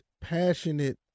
passionate